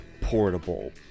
portable